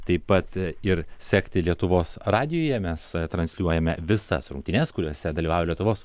taip pat ir sekti lietuvos radijuje mes transliuojame visas rungtynes kuriose dalyvavo lietuvos